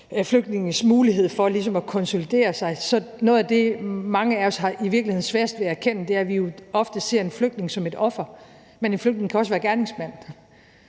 flygtninges mulighed for ligesom at konsolidere sig – at noget af det, mange af os i virkeligheden har sværest ved at erkende, er, at vi jo ofte ser en flygtning som et offer, men at en flygtning også kan være gerningsmand.